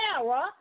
Sarah